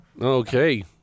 Okay